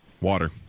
Water